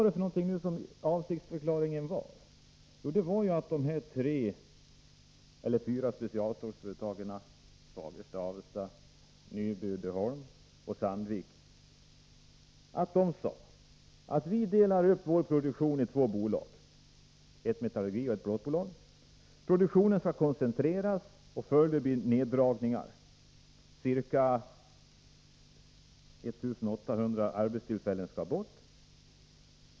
De fyra specialstålsföretagen Fagersta, Avesta, Nyby Uddeholm och Sandvik sade: Vi delar upp vår produktion i två bolag — ett metallurgioch ett plåtbolag. Produktionen skall koncentreras, och följden blir neddragningar. Ca 1 800 arbetstillfällen skall bort.